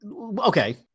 Okay